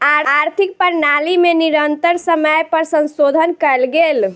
आर्थिक प्रणाली में निरंतर समय पर संशोधन कयल गेल